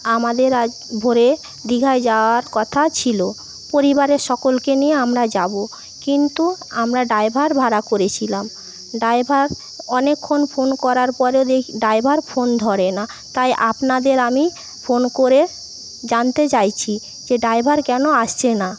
আমাদের আজ ভোরে দীঘায় যাওয়ার কথা ছিল পরিবারের সকলকে নিয়ে আমরা যাবো কিন্তু আমরা ড্রাইভার ভাড়া করেছিলাম ড্রাইভার অনেকক্ষণ ফোন করার পরও দেখি ড্রাইভার ফোন ধরে না তাই আপনাদের আমি ফোন করে জানতে চাইছি যে ড্রাইভার কেন আসছে না